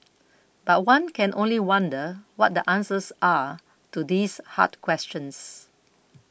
but one can only wonder what the answers are to these hard questions